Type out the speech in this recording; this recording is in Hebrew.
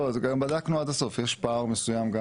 בדקנו עד הסוף, יש פער מסוים.